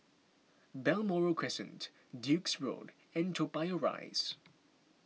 Balmoral Crescent Duke's Road and Toa Payoh Rise